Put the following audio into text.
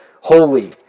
holy